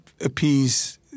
appease